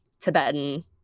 Tibetan